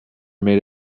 made